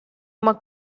uma